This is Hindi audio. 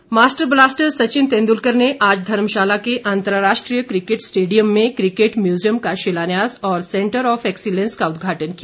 सचिन तेंदुलकर मास्टर ब्लॉस्टर सचिन तेंद्लकर ने आज धर्मशाला के अंतर्राष्ट्रीय किकेट स्टेडियम में किकेट म्यूजियम का शिलान्यास और सेंटर ऑफ एक्सीलेंस का उदघाटन किया